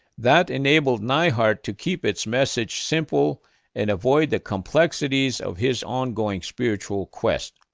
that enabled neihardt to keep its message simple and avoid the complexities of his ongoing spiritual quest.